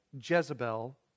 Jezebel